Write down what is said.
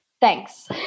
thanks